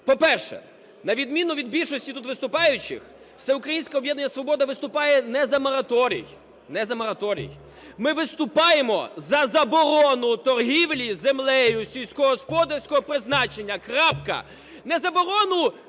По-перше, на відміну від більшості тут виступаючих Всеукраїнське об'єднання "Свобода" виступає не за мораторій, не за мораторій. Ми виступаємо за заборону торгівлі землею сільськогосподарського призначення. Крапка. Не заборону поки